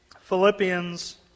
Philippians